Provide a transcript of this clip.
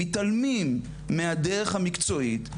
מתעלמים מהדרך המקצועית,